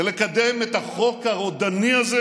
ולקדם את החוק הרודני הזה?